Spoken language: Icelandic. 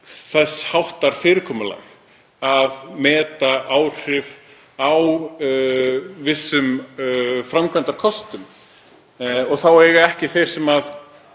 þess háttar fyrirkomulag, að meta áhrif af vissum framkvæmdakostum. Þá eiga ekki þeir sem